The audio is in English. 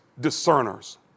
discerners